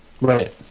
right